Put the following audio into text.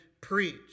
preach